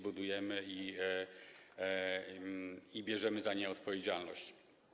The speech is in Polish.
Budujemy je i bierzemy za nie odpowiedzialność.